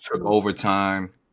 overtime